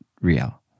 real